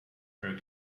her